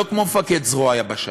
לא כמו מפקד זרוע היבשה.